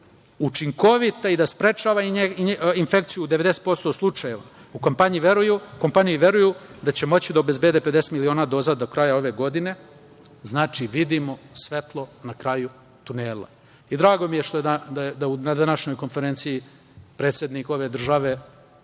učinkovita i da sprečava infekciju u 90% slučajeva. U kompaniji veruju da će moći da obezbede 50 miliona doza do kraja ove godine. Znači, vidimo svetlo na kraju tunela. Drago mi je što je na današnjoj konferenciji predsednik ove države